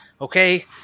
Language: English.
Okay